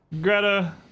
Greta